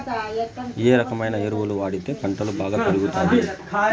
ఏ రకమైన ఎరువులు వాడితే పంటలు బాగా పెరుగుతాయి?